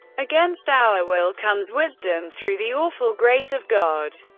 against our will, comes wisdom through the awful grace of god.